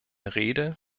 rede